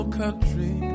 country